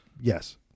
yes